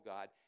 God